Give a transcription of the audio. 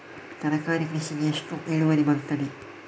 ತರಕಾರಿ ಕೃಷಿಗೆ ಎಷ್ಟು ಇಳುವರಿ ಬರುತ್ತದೆ?